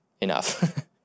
enough